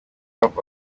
hop